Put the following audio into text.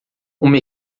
uma